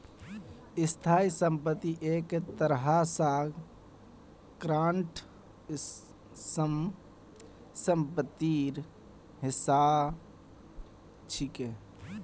स्थाई संपत्ति एक तरह स करंट सम्पत्तिर हिस्सा छिके